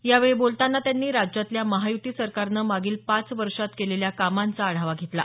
यावेळी बोलताना त्यांनी राज्यातल्या महायुती सरकारनं मागील पाच वर्षात केलेल्या कामांचा आढावा घेतला